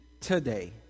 today